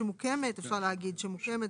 אפשר להגיד: "שמוקמת".